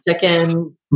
chicken